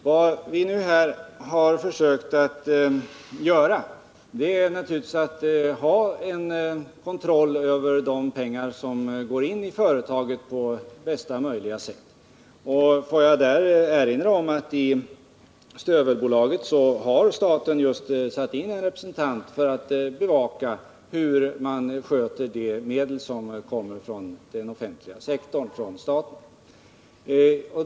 Vad vi här försökt att göra är att på bästa möjliga sätt ha en kontroll över de pengar som går in i företaget. Jag vill erinra om att staten satt in en representant i stövelbolaget för att bevaka hur man sköter de medel som kommer från den offentliga sektorn, från staten.